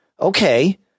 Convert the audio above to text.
Okay